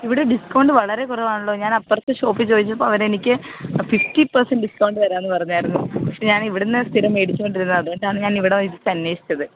ഇവിടെ ഡിസ്കൌണ്ട് വളരെ കുറവാണല്ലോ ഞാനപ്പുറത്തെ ഷോപ്പിൽ ചോദിച്ചപ്പോ അവരെനിക്ക് ഫിഫ്റ്റി പേർസെൻ്റെ് ഡിസ്കൌണ്ട് തരാന്ന് പറഞ്ഞായിരുന്നു പക്ഷെ ഞാൻ ഇവിടുന്നാ സ്ഥിരം മേടിച്ചോണ്ടിരുന്നതാ അതോണ്ടാണ് ഞാൻ ഇവിടെ വിളിച്ച് അന്വേഷിച്ചത്